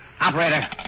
Operator